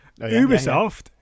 Ubisoft